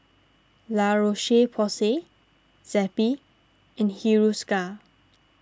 La Roche Porsay Zappy and Hiruscar